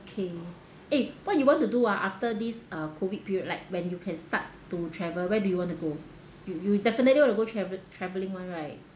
okay eh what do you want to do ah after this uh COVID period like when you can start to travel where do you want to go you you definitely want to go travel travelling one right